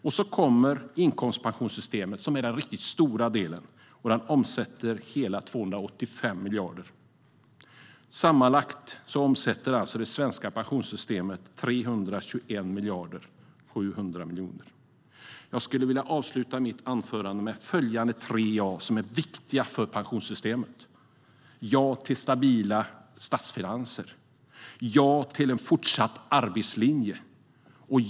Därtill kommer inkomstpensionssystemet - den riktigt stora delen - som omsätter hela 285 miljarder kronor. Sammanlagt omsätter det svenska pensionssystemet 321,7 miljarder. Jag skulle vilja avsluta mitt anförande med följande tre ja som är viktiga för pensionssystemet. Ja till stabila statsfinanser. Ja till en fortsatt arbetslinje.